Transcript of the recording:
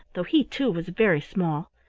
though he, too, was very small.